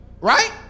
Right